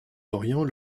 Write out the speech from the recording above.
d’orient